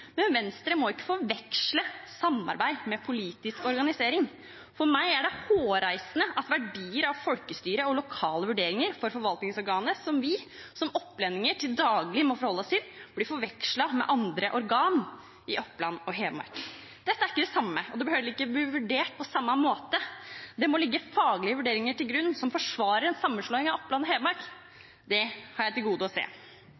men Venstre må jo ikke forveksle samarbeid med politisk organisering. For meg er det hårreisende at verdien av folkestyre og lokale vurderinger for forvaltningsorganet som vi som opplendinger til daglig må forholde oss til, blir forvekslet med andre organer i Oppland og Hedmark. Det er ikke det samme, og det bør heller ikke bli vurdert på samme måte. Det må ligge til grunn faglige vurderinger som forsvarer en sammenslåing av Oppland og Hedmark. Det har jeg til gode å se.